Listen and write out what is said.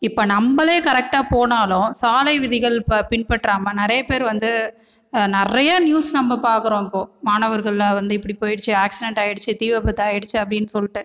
இப்போ நம்மளே கரெக்டா போனாலும் சாலை விதிகள் பின்பற்றாமல் நிறைய பேரு வந்து நிறைய நியூஸ் நம்ம பார்க்குறோம் இப்போ மாணவர்கள் வந்து இப்படி போயிடுச்சு ஆக்சிடென்ட் ஆயிடுச்சு தீ விபத்து ஆயிடுச்சு அப்படின்னு சொல்லிகிட்டு